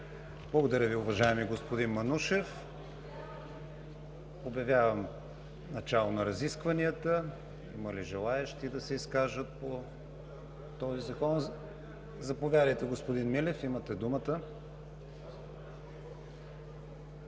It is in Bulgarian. Благодаря Ви, уважаеми господин Манушев. Обявявам начало на разискванията. Има ли желаещи да се изкажат по този закон? Заповядайте, господин Милев, имате думата.